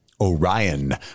Orion